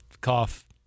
cough